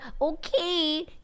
okay